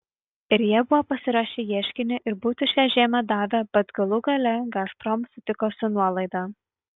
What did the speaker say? ir jie buvo pasiruošę ieškinį ir būtų šią žiemą davę bet galų gale gazprom sutiko su nuolaida